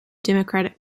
democratic